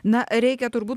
na reikia turbūt